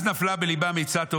אז נפל בליבם עצה טובה.